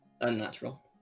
Unnatural